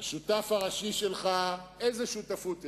השותף הראשי שלך, איזו שותפות הרכבת,